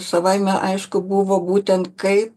savaime aišku buvo būtent kaip